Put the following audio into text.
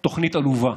תוכנית עלובה,